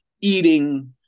eating